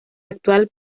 actual